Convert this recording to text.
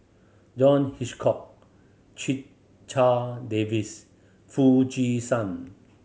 John Hitchcock Checha Davies Foo Chee San